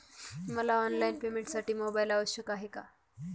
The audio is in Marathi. मला ऑनलाईन पेमेंटसाठी मोबाईल आवश्यक आहे का?